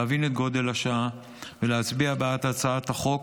להבין את גודל השעה, ולהצביע בעד הצעת החוק,